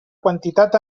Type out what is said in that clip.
quantitat